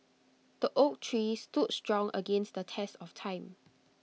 the oak tree stood strong against the test of time